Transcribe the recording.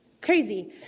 crazy